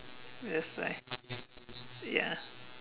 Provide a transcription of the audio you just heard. that's why ya